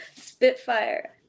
Spitfire